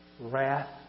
Wrath